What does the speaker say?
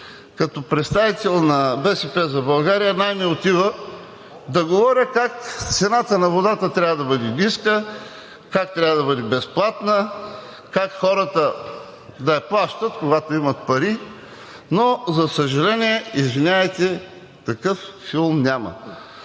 като представител на „БСП за България“ най ми отива да говоря как цената на водата трябва да бъде ниска, как трябва да бъде безплатна, как хората да я плащат, когато имат пари. Но, за съжаление, извинявайте такъв филм няма!